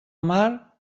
mar